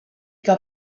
que